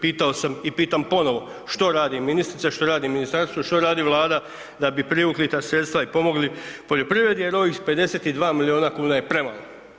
Pitao sam i pitam ponovo, što radi ministrica, što radi ministarstvo, što radi Vlada da bi privukli ta sredstva i pomogli poljoprivredi jer ovih 52 milijuna kuna je premalo?